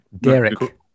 Derek